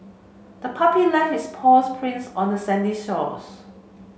the puppy left its paw prints on the sandy shores